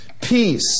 peace